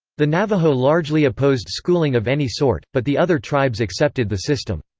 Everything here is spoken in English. the navajo largely opposed schooling of any sort, but the other tribes accepted the system.